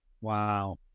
Wow